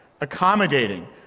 accommodating